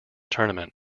tournament